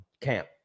camp